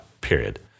period